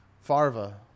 Farva